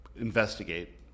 investigate